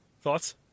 thoughts